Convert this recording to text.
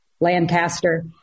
Lancaster